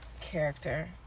character